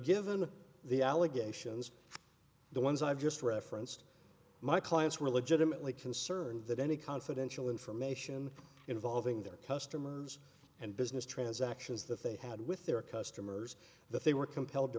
given the allegations the ones i've just referenced my clients were legitimately concerned that any confidential information involving their customers and business transactions that they had with their customers that they were compelled to